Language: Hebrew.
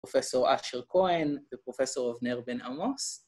פרופ' אשר כהן ופרופ' אבנר בן עמוס